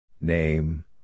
Name